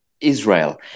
Israel